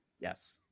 Yes